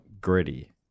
gritty